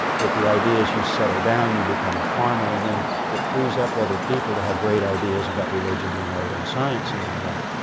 that the idea is you settle down, you become a farmer and then it frees up other people to have great ideas about religion and art and science and all that.